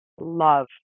love